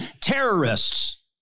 terrorists